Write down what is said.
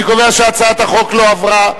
אני קובע שהצעת החוק לא עברה.